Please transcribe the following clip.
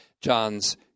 John's